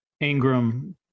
Ingram